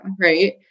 right